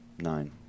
Nine